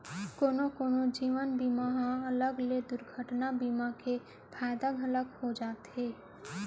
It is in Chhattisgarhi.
कोनो कोनो जीवन बीमा म अलग ले दुरघटना बीमा के फायदा घलौ हो जाथे